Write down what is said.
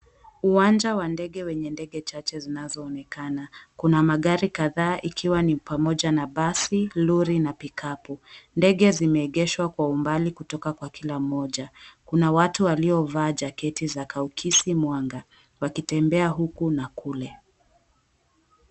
Uwanja wa ndege wenye ndege chache zinazoonekana. Kuna magari kadhaa ikiwa ni pamoja na basi, lori na pikapu. Ndege zimeegeshwa kwa umbali kutoka kwa kila mmoja. Kuna watu waliovaa jaketi za kaukisi mwanga, wakitembea huku na kule.